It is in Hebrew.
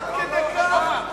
עד כדי כך?